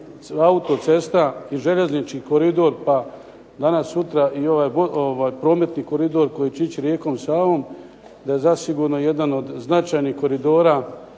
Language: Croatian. autocesta i željeznički koridor, pa danas sutra i ovaj prometni koridor koji će ići rijekom Savom da je zasigurno jedan od značajnih koridora